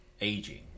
aging